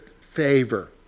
favor